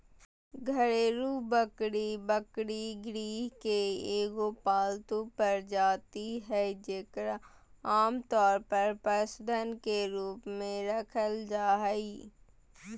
घरेलू बकरी बकरी, मृग के एगो पालतू प्रजाति हइ जेकरा आमतौर पर पशुधन के रूप में रखल जा हइ